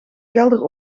kelder